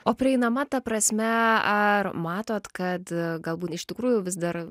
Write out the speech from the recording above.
o prieinama ta prasme ar matot kad galbūt iš tikrųjų vis dar